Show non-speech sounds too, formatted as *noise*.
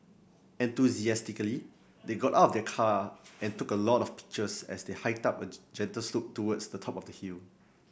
enthusiastically they got out of the car and took a lot of pictures as they hiked up a *unintelligible* gentle slope towards the top of the hill